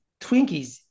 Twinkies